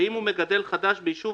ואם הוא מגדל חדש ביישוב